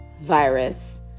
virus